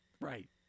Right